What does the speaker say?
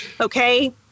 okay